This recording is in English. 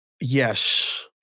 Yes